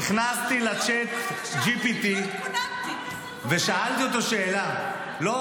נכנסתי ל-ChatGPT ושאלתי אותו שאלה, לא